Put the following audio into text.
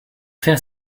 faire